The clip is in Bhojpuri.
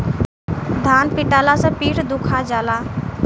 धान पिटाला से पीठ दुखा जाला